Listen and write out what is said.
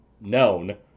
known